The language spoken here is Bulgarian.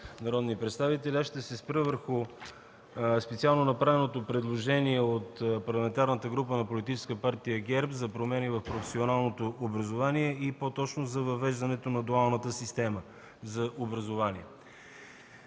народни представители, ще се спра върху специално направеното предложение от Парламентарната група на Политическа партия ГЕРБ за промени в професионалното образование и по-точно за въвеждането на дуалната система за образование.